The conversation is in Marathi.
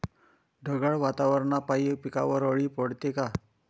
ढगाळ वातावरनापाई पिकावर अळी पडते का?